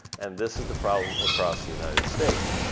and this is the problem across the united states.